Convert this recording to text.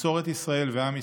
מסורת ישראל ועם ישראל,